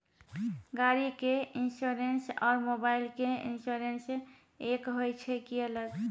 गाड़ी के इंश्योरेंस और मोबाइल के इंश्योरेंस एक होय छै कि अलग?